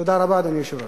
תודה רבה, אדוני היושב-ראש.